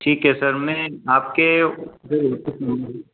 ठीक है सर मैं आपके